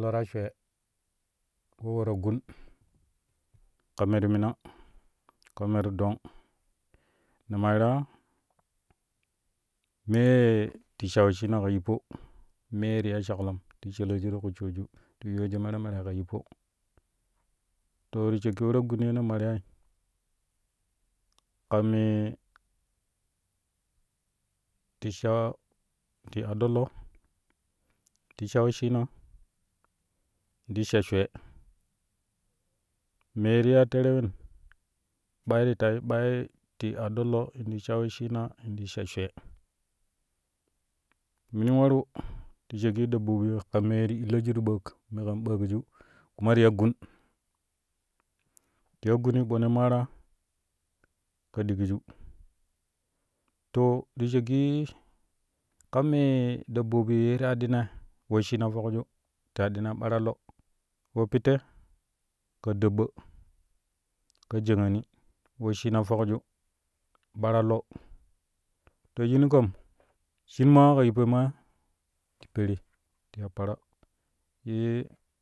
lo ta shwee ko we-ta-gun ka me ti muna ka me ti dong ne mairaa mee ti sha wesshina ka yippo mee ti ya shaklom ti shallajuo fi ku shooju ti yooju mere mere ka yippo to ti shakki we-ta-gun ka me ti mina ka me ti dong ne mairaa mee ti sha wesshina ka yippo mee ti ya shaklom ti shallajui ti ku shooju ti yooju mere mere ka yippo to ti shakki we-k-gun yeno maryai ka mee ta shaa ti aɗɗo lo ti sha wesshina ti sha shwee mee ti ya temrem ɓai ti tai ti aɗɗo lo te sha wesshina ti sha shwee mini waru ti shakki dabbobi ka mee ye ti illoju ti baak me kan ɓaakju kuma ti ya gun ti ya guni ɓo ne maara ka digiju to ti shakki ka mee dobbobi ye me ti aɗɗina to ti shakki ka mee dobbobi ye me ti aɗɗina wesshina fokju ti aɗɗina ɓaro lo wo pitte? Ka daɓɓo, ka jaƙaani wesshina fokju ɓara lo to shinu kam shin ma ka yippoi maa ti peri ya para ye.